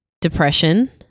depression